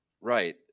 Right